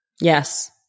Yes